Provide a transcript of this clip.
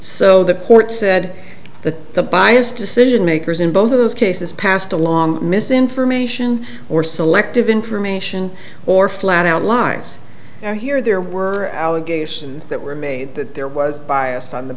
so the court said that the biased decision makers in both of those cases passed along misinformation or selective information or flat out lies i hear there were allegations that were made that there was bias on the